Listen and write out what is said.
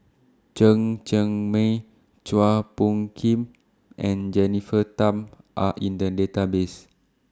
Chen Cheng Mei Chua Phung Kim and Jennifer Tham Are in The Database